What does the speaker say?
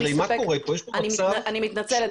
אני מתנצלת,